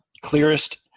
clearest